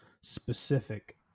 specific